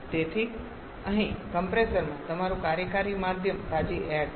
તેથી અહીં કમ્પ્રેસરમાં તમારું કાર્યકારી માધ્યમ તાજી એઈર છે